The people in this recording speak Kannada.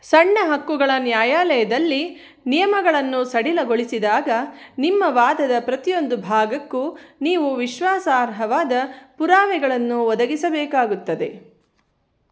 ಸಣ್ಣ ಹಕ್ಕುಗಳ ನ್ಯಾಯಾಲಯದಲ್ಲಿ ನಿಯಮಗಳನ್ನು ಸಡಿಲಗೊಳಿಸಿದಾಗ ನಿಮ್ಮ ವಾದದ ಪ್ರತಿಯೊಂದು ಭಾಗಕ್ಕೂ ನೀವು ವಿಶ್ವಾಸಾರ್ಹವಾದ ಪುರಾವೆಗಳನ್ನು ಒದಗಿಸಬೇಕಾಗುತ್ತದೆ